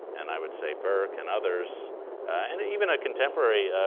and i would say burke and others and even a contemporary,